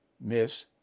Miss